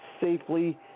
safely